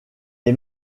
est